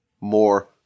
more